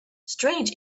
strange